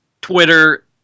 Twitter